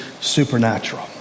supernatural